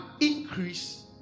increase